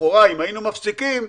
היינו מפסיקים,